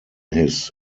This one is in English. his